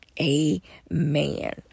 Amen